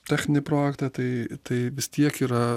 techninį projektą tai tai vis tiek yra